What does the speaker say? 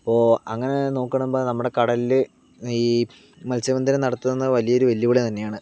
അപ്പൊൾ അങ്ങനെ നോക്കാണെന്ന് പറയുമ്പോൾ നമ്മുടെ കടലില് ഈ മത്സ്യബന്ധനം നടത്തുന്നത് വലിയ ഒരു വെല്ലുവിളി തന്നെയാണ്